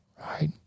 right